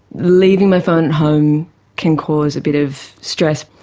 leaving my phone at home can cause a bit of stress,